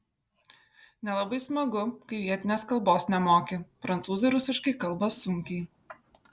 nelabai smagu kai vietinės kalbos nemoki prancūzai rusiškai kalba sunkiai